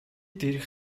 дээрх